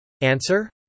Answer